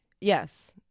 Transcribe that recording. Yes